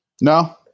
No